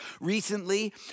Recently